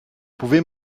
pouvez